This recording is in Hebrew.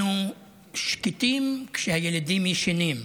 אנחנו שקטים כשהילדים ישנים,